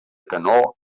canó